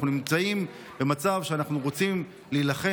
אנחנו נמצאים במצב שאנחנו רוצים להילחם